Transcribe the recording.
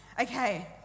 Okay